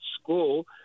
school